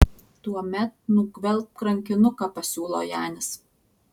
tuomet nugvelbk rankinuką pasiūlo janis